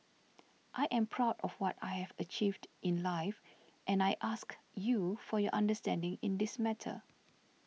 I am proud of what I have achieved in life and I ask you for your understanding in this matter